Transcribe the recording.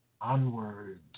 onwards